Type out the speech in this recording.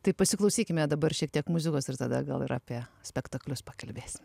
tai pasiklausykime dabar šiek tiek muzikos ir tada gal ir apie spektaklius pakalbėsim